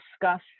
discuss